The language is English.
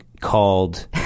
Called